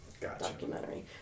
documentary